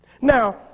Now